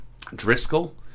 Driscoll